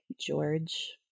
George